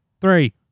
three